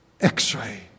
x-ray